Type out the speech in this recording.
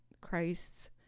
Christ's